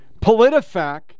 PolitiFact